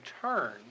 turn